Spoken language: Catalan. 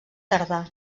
tardà